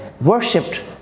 worshipped